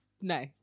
no